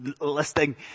listing